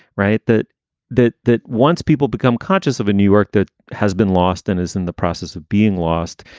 right. that that that once people become conscious of a new york that has been lost and is in the process of being lost.